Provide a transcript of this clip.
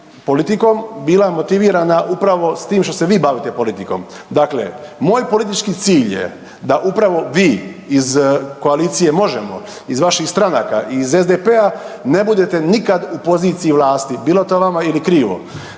politikom bila motivirana upravo s tim što se vi bavite politikom. Dakle, moj politički cilj je da upravo vi iz koalicije Možemo!, iz vaših stranaka i iz SDP-a ne budete nikad u poziciji vlasti, bilo to vama ili krivo.